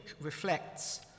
reflects